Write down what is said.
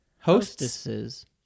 Hostesses